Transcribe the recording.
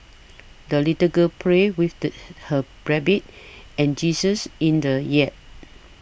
the little girl prayed with the her rabbit and geese in the yard